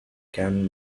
can